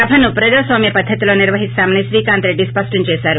సభను ప్రజాస్వామ్య పద్ధతిలో నిర్వహిస్తామని శ్రీకాంత్ రెడ్డి స్పష్టం చేశారు